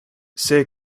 see